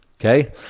Okay